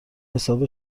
حساب